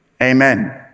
Amen